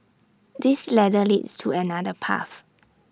this ladder leads to another path